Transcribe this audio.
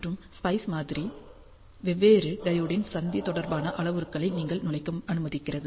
மற்றும் ஸ்பைஸ் மாதிரி வெவ்வேறு டையோடின் சந்தி தொடர்பான அளவுருக்களை நீங்கள் நுழைக்க அனுமதிக்கிறது